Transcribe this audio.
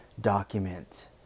document